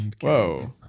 Whoa